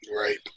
Right